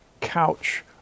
couch